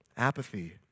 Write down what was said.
Apathy